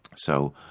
so,